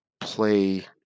play